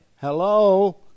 Hello